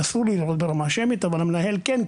אסור לי לראות ברמה שמית אבל המנהל כן,